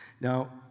Now